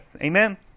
Amen